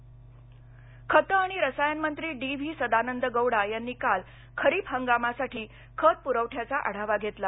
खत खत आणि रसायन मंत्री डी व्ही सदानद गौडा यांनी काल खरीप हगामासाठी खत प्रवठ्याचा आढावा घेतला